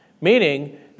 Meaning